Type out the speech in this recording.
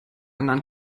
anderen